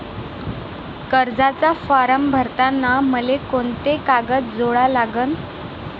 कर्जाचा फारम भरताना मले कोंते कागद जोडा लागन?